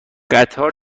قطار